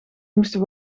moesten